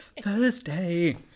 Thursday